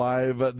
Live